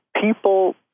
people